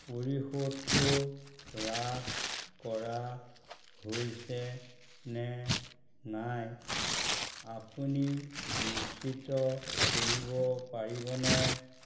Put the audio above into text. পৰিশোধটো লাভ কৰা হৈছেনে নাই আপুনি নিশ্চিত কৰিব পাৰিবনে